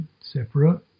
separate